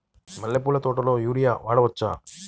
మల్లె పూల తోటలో యూరియా వాడవచ్చా?